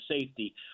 safety